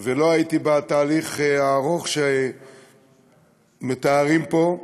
ולא הייתי בתהליך הארוך שמתארים פה,